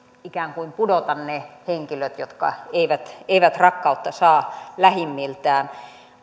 ikään kuin pudota ne henkilöt jotka eivät eivät rakkautta saa lähimmiltään